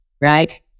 Right